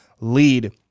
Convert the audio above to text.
lead